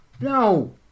No